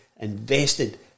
invested